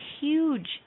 huge